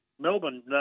Melbourne